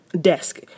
desk